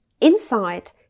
inside